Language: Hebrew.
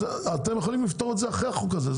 אתם יכולים לפתור את זה אחרי החוק הזה.